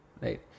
Right